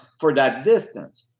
for that distance,